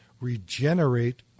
Regenerate